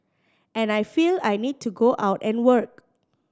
and I feel I need to go out and work